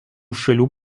šalių